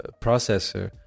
processor